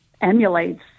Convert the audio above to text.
emulates